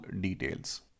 details